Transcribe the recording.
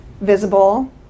visible